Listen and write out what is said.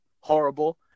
horrible